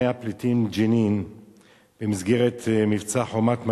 הפליטים ג'נין במסגרת מבצע "חומת מגן",